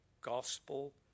gospel